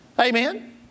Amen